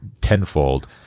tenfold